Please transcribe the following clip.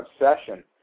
obsession